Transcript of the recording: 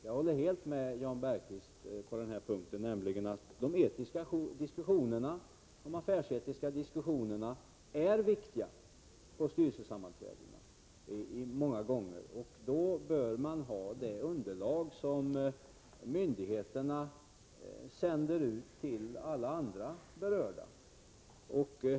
Jag håller helt med Jan Bergqvist om att de affärsetiska diskussionerna många gånger är viktiga på styrelsesammanträden. Då bör man ha det underlag som myndigheterna sänder ut till alla andra berörda.